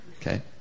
Okay